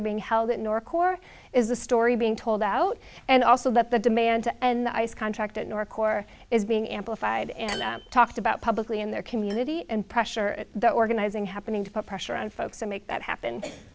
are being held it nor core is the story being told out and also that the demand and the ice contract in your core is being amplified and talked about publicly in their community and pressure at the organizing happening to put pressure on folks to make that happen